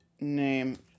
name